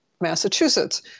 Massachusetts